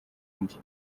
indi